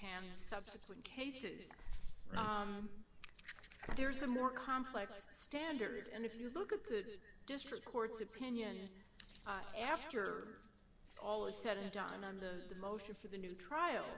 canyon subsequent cases but there's a more complex standard and if you look at the district court's opinion after all is said and done on the motion for the new trial